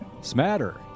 Smatter